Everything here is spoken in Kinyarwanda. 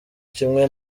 kimwe